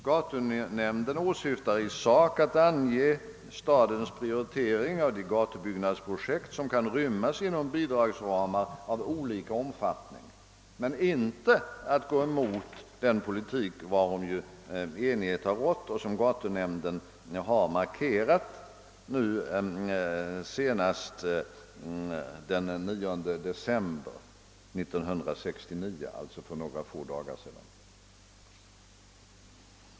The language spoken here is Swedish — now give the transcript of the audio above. Gatunämnden åsyftar i sak att ange stadens prioritering av de gatubyggnadsprojekt som kan rymmas inom bidragsramar av olika omfattning men inte att gå emot den politik, varom ju enighet råder och som gatunämnden markerat senast den 9 december 1969, d. v. s. för några få dagar sedan.